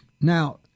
Now